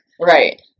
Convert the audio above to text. Right